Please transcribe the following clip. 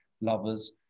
lovers